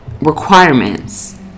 requirements